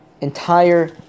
entire